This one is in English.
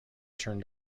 turned